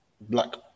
black